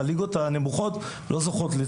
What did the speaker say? והליגות הנמוכות לא זוכות.